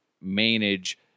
manage